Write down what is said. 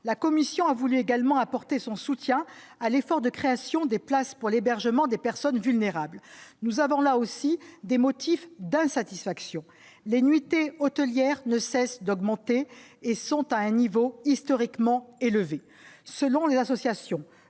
la Commission a voulu également apporté son soutien à l'effort de création des places pour l'hébergement des personnes vulnérables, nous avons là aussi des motifs d'insatisfaction, les nuitées hôtelières ne cesse d'augmenter et sont à un niveau historiquement élevé, selon les associations,